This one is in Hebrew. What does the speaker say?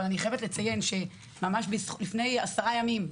אבל אני חייבת לציין שממש לפני עשרה ימים,